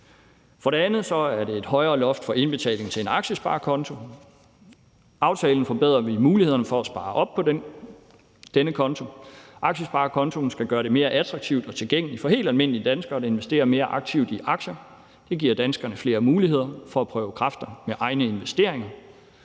For det andet er det et højere loft for indbetaling til en aktiesparekonto. Med aftalen forbedrer vi mulighederne for at spare op på denne konto. Aktiesparekontoen skal gøre det mere attraktivt og tilgængeligt for helt almindelige danskere at investere mere aktivt i aktier. Det giver danskerne flere muligheder for at prøve kræfter med egen investering,